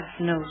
no